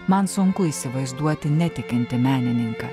man sunku įsivaizduoti netikintį menininką